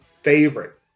favorite